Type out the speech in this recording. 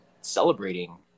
celebrating